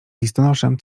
listonoszem